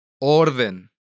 Orden